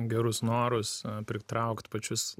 gerus norus pritraukt pačius